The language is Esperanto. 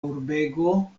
urbego